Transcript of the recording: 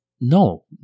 No